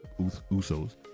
Usos